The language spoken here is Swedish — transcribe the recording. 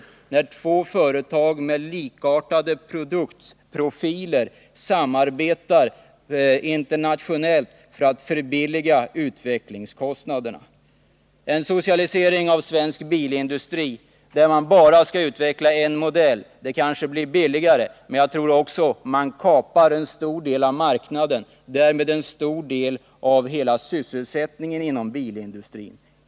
Det är två företag med likartade produktionsprofiler som samarbetar internationellt för att sänka utvecklingskostnaderna. En socialisering av svensk bilindustri som innebär att man bara skall utveckla en modell medför kanske att denna blir billigare. Men jag tror också att man då kapar en stor del av marknaden och därmed en stor del av 69 sysselsättningen inom bilindustrin.